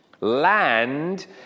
Land